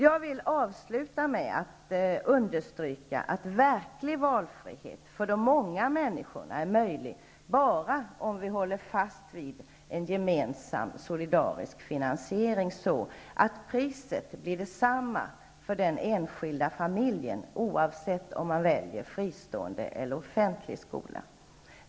Jag vill avsluta med att understryka att verklig valfrihet för de många människorna är möjlig bara om vi håller fast vid en gemensam solidarisk finansiering, så att priset blir detsamma för den enskilda familjen oavsett om man väljer fristående eller offentlig skola.